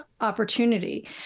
opportunity